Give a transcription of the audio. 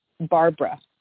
Barbara